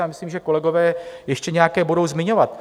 A myslím, že kolegové je ještě nějaké budou zmiňovat.